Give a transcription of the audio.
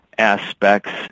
aspects